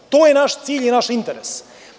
To je naš cilj i naš interes.